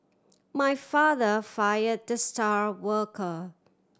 my father fire the star worker